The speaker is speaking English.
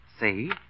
See